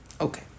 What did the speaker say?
Okay